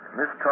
Miss